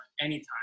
anytime